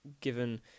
given